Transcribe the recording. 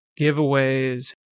giveaways